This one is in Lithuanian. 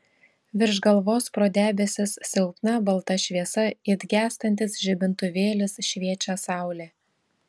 virš galvos pro debesis silpna balta šviesa it gęstantis žibintuvėlis šviečia saulė